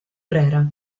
brera